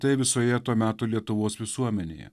tai visoje to meto lietuvos visuomenėje